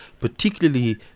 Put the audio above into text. particularly